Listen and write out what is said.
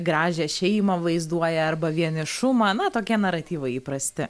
gražią šeimą vaizduoja arba vienišumą na tokie naratyvai įprasti